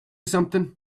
something